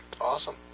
Awesome